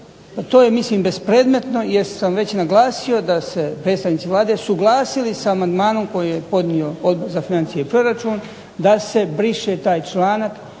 to je mislim bespredmetno jer sam već naglasio da su se predstavnici Vlada usuglasili sa amandmanom koji je podnio Odbor za financije i proračun da se briše taj članak